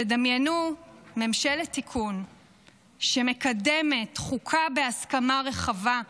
דמיינו ממשלת תיקון שמקדמת חוקה בהסכמה רחבה,